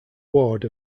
ward